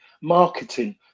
marketing